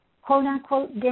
quote-unquote